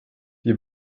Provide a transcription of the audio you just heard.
die